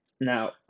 Now